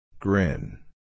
Grin